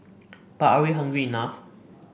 but are we hungry enough